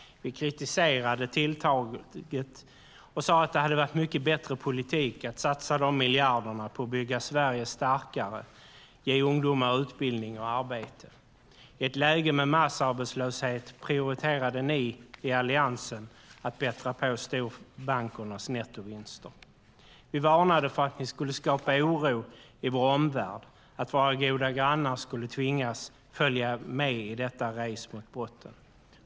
Vi kritiserade tilltaget och sade att det hade varit mycket bättre politik att satsa de miljarderna på att bygga Sverige starkare, ge ungdomar utbildning och arbete. I ett läge med massarbetslöshet prioriterade ni i Alliansen att bättra på storbankernas nettovinster. Vi varnade för att ni skulle skapa oro i vår omvärld, att våra goda grannar skulle tvingas följa med i detta race mot botten.